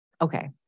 Okay